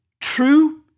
true